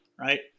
right